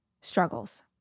struggles